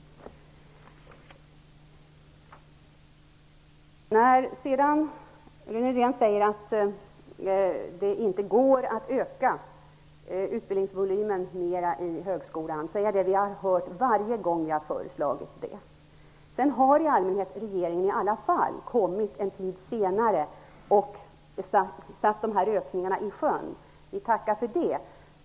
Rune Rydén säger att det inte är möjligt att öka utbildningsvolymen ytterligare i högskolan. Men det har vi hört varje gång vi har kommit med sådana förslag. I alla fall har regeringen i allmänhet en tid senare sjösatt sådana här ökningar. Vi tackar för det.